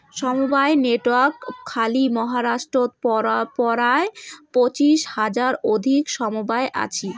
সমবায় নেটওয়ার্ক খালি মহারাষ্ট্রত পরায় পঁচিশ হাজার অধিক সমবায় আছি